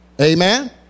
Amen